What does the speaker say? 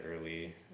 early